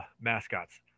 mascots